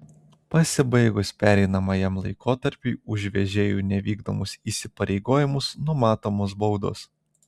pasibaigus pereinamajam laikotarpiui už vežėjų nevykdomus įsipareigojimus numatomos baudos